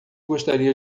gostaria